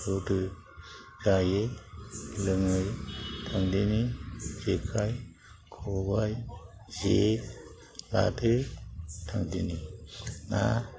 थौदो जायै लोङै थांदिनि जेखाय खबाय जे लादो थांदिनि ना